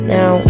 Now